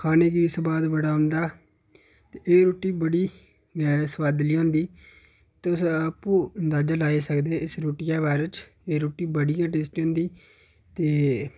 खाने गी बी सोआद बड़ा औंदा ते एह् रुट्टी बड़ी सोआदली गै होंदी ते तुस आपूं अंदाजा लाई सकदे इस रुट्टियै दे बारे च एह् रुट्टी बड़ी गै टेस्टी होंदी ते